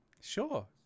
Sure